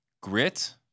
Grit